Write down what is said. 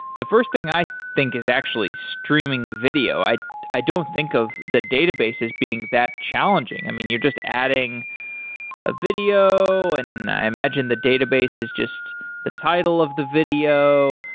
the first thing i think is actually streaming video. i i don't think of the databases being that challenging. i mean, you're just adding a video, and i imagine the database is just the title of the video,